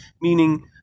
meaning